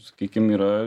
sakykim yra